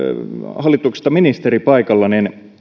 hallituksesta ministeri paikalla